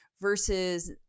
versus